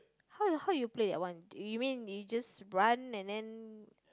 how you how you play that one you mean you just run and then